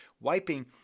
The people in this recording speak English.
wiping